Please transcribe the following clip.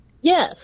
Yes